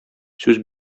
сүз